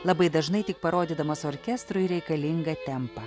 labai dažnai tik parodydamas orkestrui reikalingą tempą